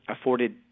afforded